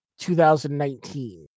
2019